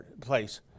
place